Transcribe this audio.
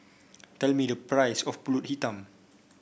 tell me the price of pulut hitam